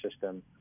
system